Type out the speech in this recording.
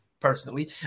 personally